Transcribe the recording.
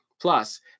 Plus